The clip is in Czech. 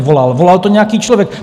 Volal to nějaký člověk.